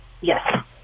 Yes